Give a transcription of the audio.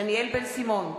דניאל בן-סימון,